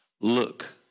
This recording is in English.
look